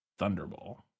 Thunderball